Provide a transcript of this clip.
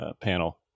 panel